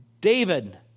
David